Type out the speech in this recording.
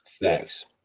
Thanks